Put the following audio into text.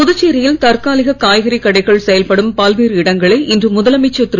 புதுச்சேரியில் தற்காலிக காய்கறி கடைகள் செயல்படும் பல்வேறு இடங்களை இன்று முதலமைச்சர் திரு